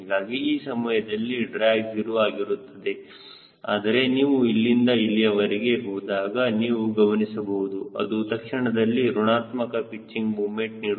ಹೀಗಾಗಿ ಆ ಸಮಯದಲ್ಲಿ ಡ್ರ್ಯಾಗ್ 0 ಆಗಿರುತ್ತದೆ ಆದರೆ ನೀವು ಇಲ್ಲಿಂದ ಇಲ್ಲಿಯವರೆಗೆ ಹೋದಾಗನೀವು ಗಮನಿಸಬಹುದು ಅದು ತಕ್ಷಣದಲ್ಲಿ ಋಣಾತ್ಮಕ ಪಿಚ್ಚಿಂಗ್ ಮೊಮೆಂಟ್ ನೀಡುತ್ತದೆ